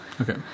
Okay